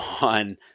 on